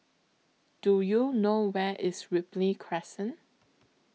Do YOU know Where IS Ripley Crescent